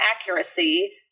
accuracy